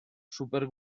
super